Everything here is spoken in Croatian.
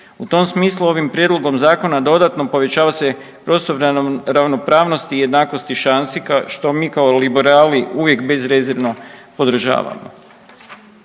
U tom smislu ovim prijedlogom Zakona dodatno povećava se prostor ravnopravnosti i jednakosti šansi što mi kao liberali uvijek bezrezervno podržavamo.